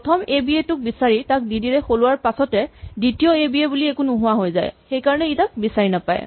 প্ৰথম এবিএ টোক বিচাৰি তাক ডিডি ৰে সলোৱাৰ পাছতে দ্বিতীয় এবিএ বুলি নোহোৱা হৈ যায় সেইকাৰণে ই তাক বিচাৰি নাপায়